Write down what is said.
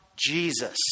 Jesus